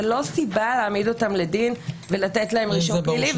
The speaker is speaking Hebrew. זה לא סיבה להעמיד אותם לדין ולתת להם רישום פלילי,